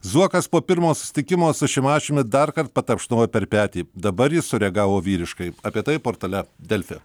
zuokas po pirmo susitikimo su šimašiumi darkart patapšnojo per petį dabar jis sureagavo vyriškai apie tai portale delfi